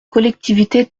collectivités